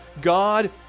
God